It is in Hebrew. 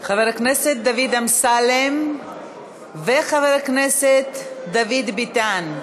חבר הכנסת דוד אמסלם וחבר הכנסת דוד ביטן,